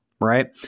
right